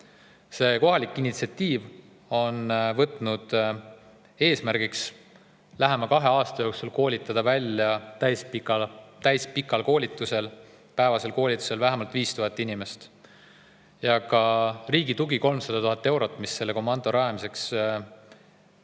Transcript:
See kohalik initsiatiiv on võtnud eesmärgiks lähema kahe aasta jooksul koolitada täispikal koolitusel, päevasel koolitusel välja vähemalt 5000 inimest. Ka riigi tugi, 300 000 eurot, mis selle komando rajamiseks anti,